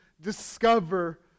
discover